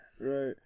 right